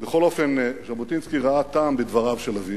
בכל אופן, ז'בוטינסקי ראה טעם בדבריו של אבי